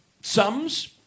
Sums